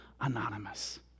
anonymous